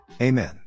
Amen